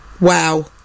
wow